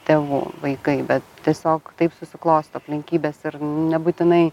tėvų vaikai be tiesiog taip susiklosto aplinkybės ir nebūtinai